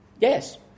yes